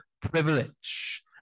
privilege